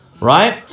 right